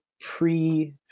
pre